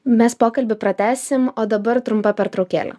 mes pokalbį pratęsim o dabar trumpa pertraukėlė